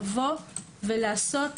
לעשות